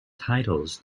titles